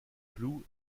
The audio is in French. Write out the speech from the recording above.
clous